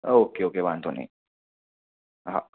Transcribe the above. okay okay વાંધો નહીં હા